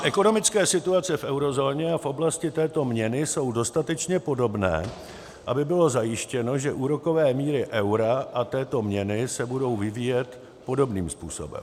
ekonomické situace v eurozóně a oblasti této měny jsou dostatečně podobné, aby bylo zajištěno, že úrokové míry eura a této měny se budou vyvíjet podobným způsobem;